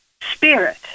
Spirit